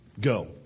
Go